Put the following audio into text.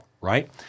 right